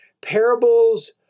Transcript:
Parables